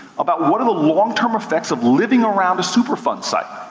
about what are the long term effects of living around a superfund site?